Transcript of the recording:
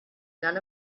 none